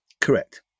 Correct